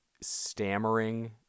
stammering